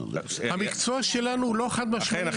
המקצוע שלנו הוא לא חד משמעי.